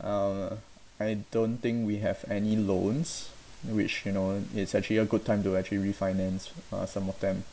uh I don't think we have any loans which you know it's actually a good time to actually refinance uh some of them